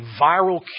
viral